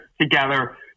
together